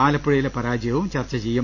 ആലപ്പുഴയിലെ പരാജയവും ചർച്ചു ചെയ്യും